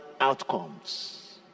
outcomes